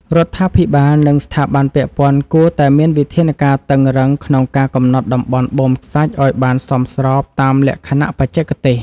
រដ្ឋាភិបាល និងស្ថាប័នពាក់ព័ន្ធគួរតែមានវិធានការតឹងរ៉ឹងក្នុងការកំណត់តំបន់បូមខ្សាច់ឱ្យបានសមស្របតាមលក្ខណៈបច្ចេកទេស។